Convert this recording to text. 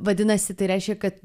vadinasi tai reiškia kad